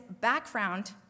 background